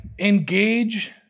Engage